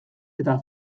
eta